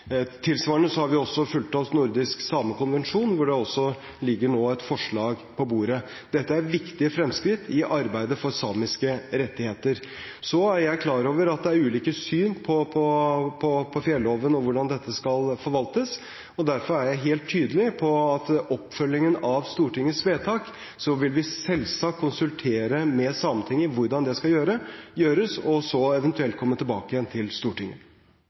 Tilsvarende har vi også fulgt opp nordisk samekonvensjon, hvor det nå ligger et forslag på bordet. Dette er viktige fremskritt i arbeidet for samiske rettigheter. Jeg er klar over at det er ulike syn på fjelloven og hvordan dette skal forvaltes, og derfor er jeg helt tydelig på at i oppfølgingen av Stortingets vedtak vil vi selvsagt konsultere med Sametinget hvordan det skal gjøres, og så evt. komme tilbake igjen til Stortinget.